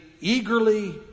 eagerly